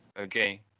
Okay